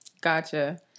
gotcha